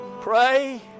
pray